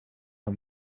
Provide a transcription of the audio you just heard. del